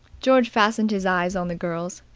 george fastened his eyes on the girl's.